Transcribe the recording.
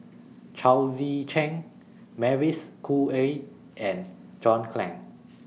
Chao Tzee Cheng Mavis Khoo Oei and John Clang